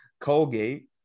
Colgate